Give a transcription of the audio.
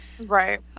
Right